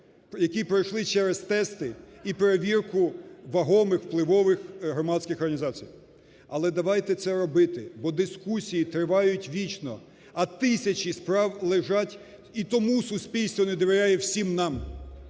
які пройшли через тести і перевірку вагомих впливових громадських організацій. Але давайте це робити, бо дискусії тривають вічно, а тисячі справ лежать і тому суспільство не довіряє всім нам.